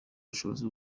bushobozi